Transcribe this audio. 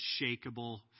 unshakable